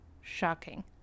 shocking